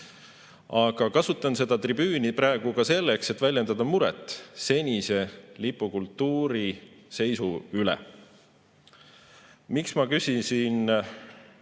Aga kasutan seda tribüüni praegu selleks, et väljendada muret senise lipukultuuri seisu üle. Miks ma küsisin